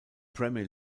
premier